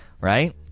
right